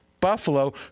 Buffalo